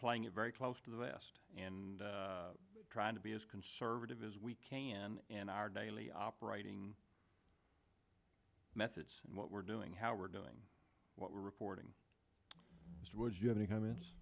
playing it very close to the vest and trying to be as conservative as we can in our daily operating methods what we're doing how we're doing what we're reporting is would you have any comments